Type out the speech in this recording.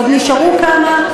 עוד נשארו כמה,